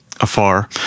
afar